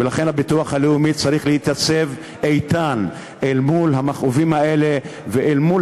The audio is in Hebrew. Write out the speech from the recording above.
ולכן הביטוח הלאומי צריך להתייצב איתן אל מול המכאובים האלה ואל מול